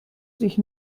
sich